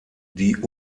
die